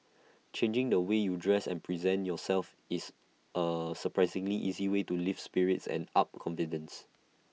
changing the way you dress and present yourself is A surprisingly easy way to lift spirits and up confident